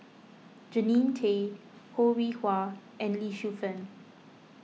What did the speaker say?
Jannie Tay Ho Rih Hwa and Lee Shu Fen